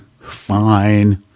fine